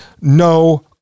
no